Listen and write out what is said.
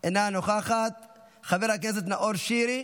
אינה נוכחת, חבר הכנסת נאור שירי,